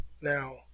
now